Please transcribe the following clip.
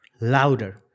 louder